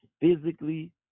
physically